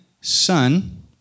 son